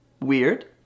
weird